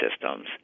systems